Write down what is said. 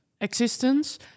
existence